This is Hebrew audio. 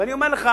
ואני אומר לך,